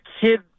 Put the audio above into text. kid